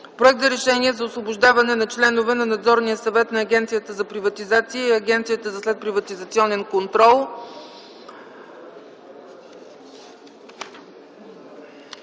Проект за решение за освобождаване на членове на Надзорния съвет на Агенцията за приватизация и Агенцията за следприватизационен контрол.